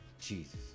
Jesus